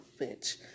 bitch